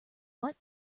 what